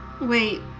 Wait